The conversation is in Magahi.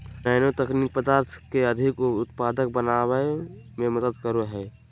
नैनो तकनीक पदार्थ के अधिक उत्पादक बनावय में मदद करो हइ